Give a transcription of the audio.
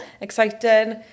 exciting